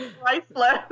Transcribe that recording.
priceless